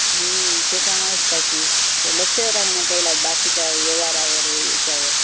त्याच्यामुळेच काय की ते लक्षच राहीना त्यायला बाकीच्या व्यवहारावर याच्यावर